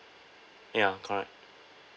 ya correct